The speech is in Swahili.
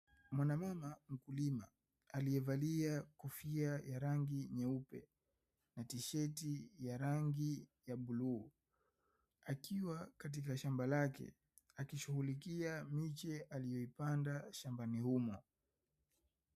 Mwanamama mkulima aliyevalia kofia ya rangi nyeupe na tisheti ya rangi ya bluu. Akiwa katika shamba lake akishughulikia miche aliyoipanda shambani humo.